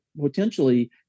potentially